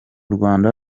rwanda